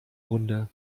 runde